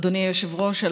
אדוני היושב-ראש,